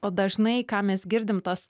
o dažnai ką mes girdim tuos